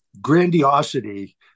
Grandiosity